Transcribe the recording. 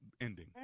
ending